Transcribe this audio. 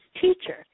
teacher